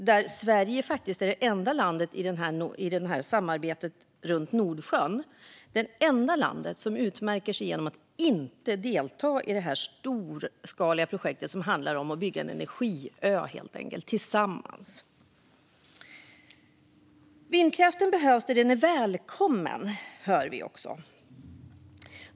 Men Sverige utmärker sig, som det enda landet i samarbetet runt Nordsjön, genom att inte delta i detta storskaliga projekt som helt enkelt handlar om att bygga en energiö tillsammans. Vindkraften behövs där den är välkommen, hör vi också.